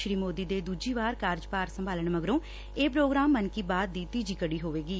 ਸ੍ਰੀ ਮੋਦੀ ਨੇ ਦੁਜੀ ਵਾਰ ਕਾਰਜਭਾਰ ਸੰਭਾਲਣ ਮਗਰੋਂ ਇਹ ਪ੍ਰੋਗਰਾਮ ਮਨ ਕੀ ਬਾਤ ਦੀ ਤੀਜੀ ਕੜੀ ਹੋਵੇਗੀ